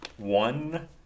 One